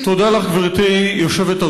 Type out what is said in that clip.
תודה לך, גברתי היושבת-ראש.